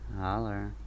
Holler